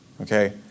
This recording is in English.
Okay